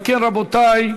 אם כן, רבותי,